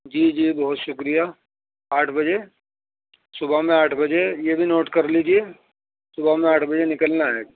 جی جی بہت شکریہ آٹھ بجے صبح میں آٹھ بجے یہ بھی نوٹ کر لیجیے صبح میں آٹھ بجے نکلنا ہے